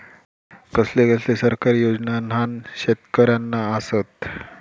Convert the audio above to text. कसले कसले सरकारी योजना न्हान शेतकऱ्यांना आसत?